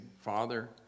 Father